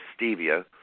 stevia